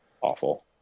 awful